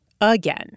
again